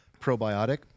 probiotic